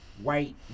white